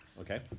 Okay